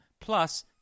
Plus